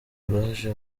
rwaje